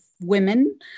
women